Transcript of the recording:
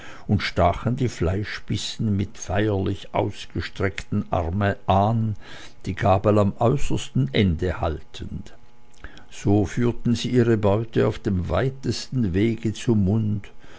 und stachen die fleischbissen mit feierlich ausgestrecktem arme an die gabel am äußersten ende haltend so führten sie ihre beute auf dem weitesten wege zum munde